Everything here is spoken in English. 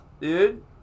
Dude